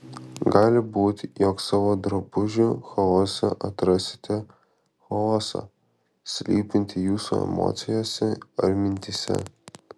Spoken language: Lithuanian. gali būti jog savo drabužių chaose atrasite chaosą slypintį jūsų emocijose ar mintyse